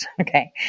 okay